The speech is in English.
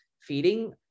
feeding